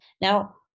Now